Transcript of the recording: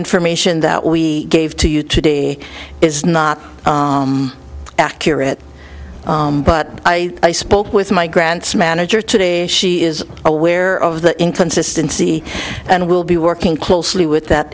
information that we gave to you today is not accurate but i spoke with my grants manager today she is aware of the inconsistency and will be working closely with that